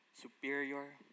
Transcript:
superior